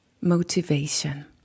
motivation